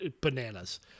bananas